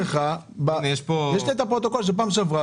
יש לי את הפרוטוקול של פעם שעברה,